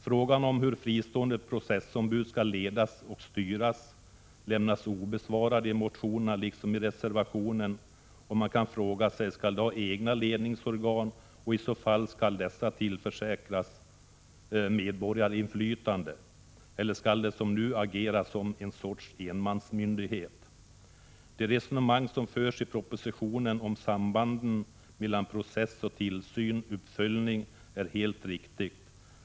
Frågan hur fristående processombud skall ledas och styras lämnas obesvarad i motionerna liksom i reservationen. Skall de ha egna ledningsorgan och skall dessa i så fall tillförsäkras medborgarinflytande? Eller skall de, som nu, agera som ett slags enmansmyndighet? Det resonemang som förs i propositionen om sambanden mellan process och tillsyn/uppföljning är helt riktigt.